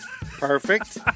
Perfect